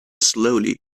slowly